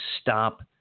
stop